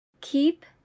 keep